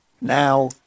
Now